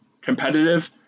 competitive